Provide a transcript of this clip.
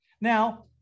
now